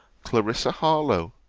clarissa harlowe.